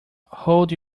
hold